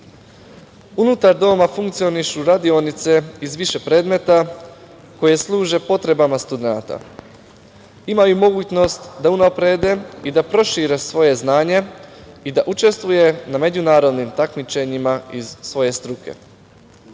Unutar doma funkcionišu radionice iz više predmeta koje služe potrebama studenata. Imaju mogućnost da unaprede i da prošire svoje znanje i da učestvuju na međunarodnim takmičenjima iz svoje struke.